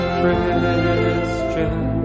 Christian